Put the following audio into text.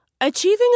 Achieving